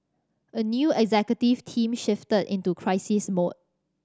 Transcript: a new executive team shifted into crisis mode